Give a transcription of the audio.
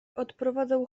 odprowadzał